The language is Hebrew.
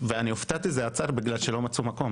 והופעתי לשמוע שזה נעצר כי לא מצאו מקום.